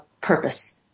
purpose